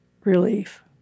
relief